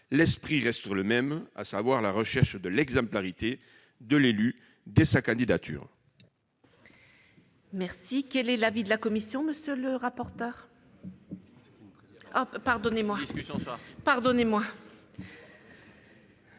l'esprit reste le même, à savoir la recherche de l'exemplarité de l'élu dès sa candidature.